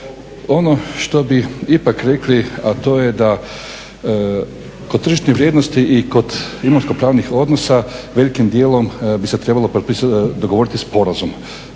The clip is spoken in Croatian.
Ono što bi ipak rekli, a to je da kod tržišne vrijednosti i kod imovinsko pravnih odnosa velikim dijelom bi se trebalo dogovoriti sporazum,